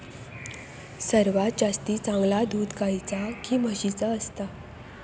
सर्वात जास्ती चांगला दूध गाईचा की म्हशीचा असता?